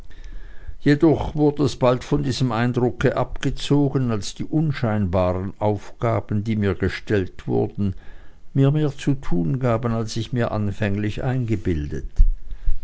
jedoch wurde es bald von diesem eindrucke abgezogen als die unscheinbaren aufgaben die mir gestellt wurden mir mehr zu tun gaben als ich mir anfänglich eingebildet